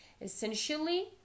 Essentially